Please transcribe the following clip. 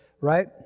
right